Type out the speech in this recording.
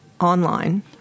online